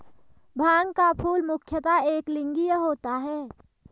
भांग का फूल मुख्यतः एकलिंगीय होता है